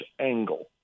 angle